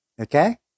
okay